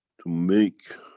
to make